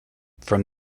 from